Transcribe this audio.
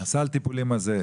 גם מה סל הטיפולים באובדנות.